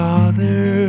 Father